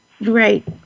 Right